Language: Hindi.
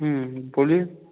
बोलिए